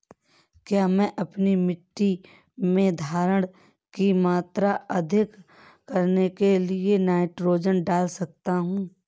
क्या मैं अपनी मिट्टी में धारण की मात्रा अधिक करने के लिए नाइट्रोजन डाल सकता हूँ?